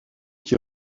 qui